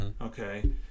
okay